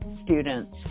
students